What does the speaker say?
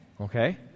Okay